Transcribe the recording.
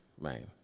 Right